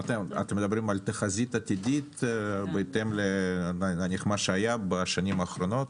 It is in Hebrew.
אתם מדברים על תחזית עתידית בהתאם למה שהיה בשנים האחרונות?